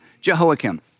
Jehoiakim